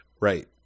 right